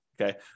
Okay